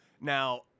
Now